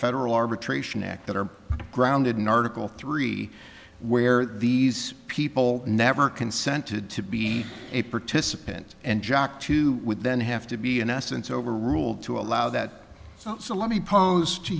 federal arbitration act that are grounded in article three where these people never consented to be a participant and jack too would then have to be in essence over rule to allow that so let me pose to